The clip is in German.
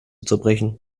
zerbrechen